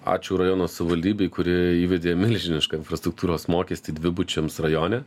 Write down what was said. ačiū rajono savivaldybei kuri įvedė milžinišką infrastruktūros mokestį dvibučiams rajone